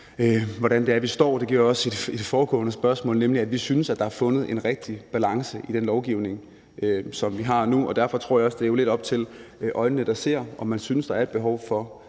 gjorde jeg også i forbindelse med det foregående spørgsmål, nemlig at vi synes, at der er fundet en rigtig balancere i den lovgivning, som vi har nu. Derfor tror jeg også, at det lidt er op til øjnene, der ser, om man synes, at der er et behov for